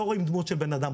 לא רואים דמות של בן אדם,